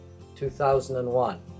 2001